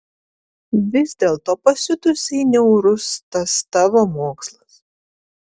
vis dėlto pasiutusiai niaurus tas tavo mokslas